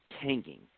tanking